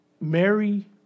Mary